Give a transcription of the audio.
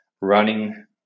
Running